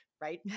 right